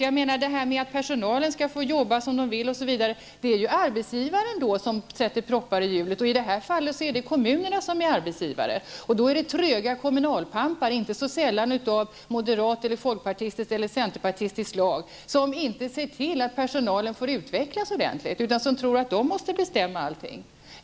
Vad gäller frågan att all personal skall få arbeta som den vill osv. så är det ju arbetsgivaren som sätter proppar i hjulen. I detta fall är det kommunerna som är arbetsgivare. Där finns tröga kommunalpampar, inte så sällan av moderat, folkpartistiskt eller centerpartistiskt slag, som inte ser till att personalen får utvecklas ordentligt i arbetet. De tror att de själva måste bestämma allting.